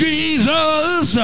Jesus